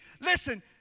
listen